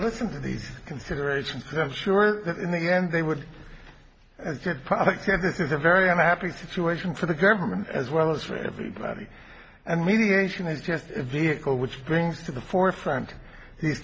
listen to these considerations i'm sure that in the end they would have a good product that this is a very unhappy situation for the government as well as for everybody and mediation is just a vehicle which brings to the forefront these